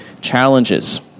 challenges